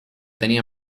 tenía